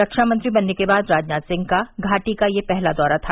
रक्षा मंत्री बनने के बाद राजनाथ सिंह का घाटी का यह पहला दौरा था